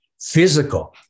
physical